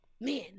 man